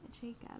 Jacob